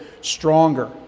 stronger